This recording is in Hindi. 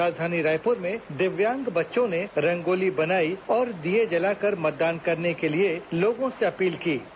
राजधानी रायपुर में दिव्यांग बच्चों ने रंगोली बनाई और दीये जलाकर मतदान करने के लिए लोगों से अपील करेंगे